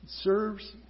serves